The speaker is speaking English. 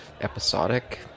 episodic